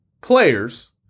players